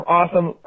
awesome